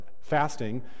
Fasting